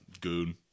Goon